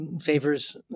favors